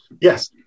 Yes